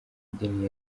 idini